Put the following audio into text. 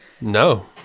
No